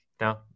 no